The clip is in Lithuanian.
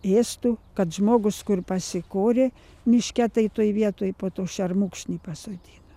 ėstų kad žmogus kur pasikorė miške tai toj vietoj po to šermukšnį pasodina